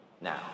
now